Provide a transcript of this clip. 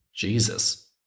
Jesus